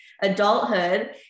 adulthood